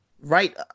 right